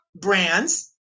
Brands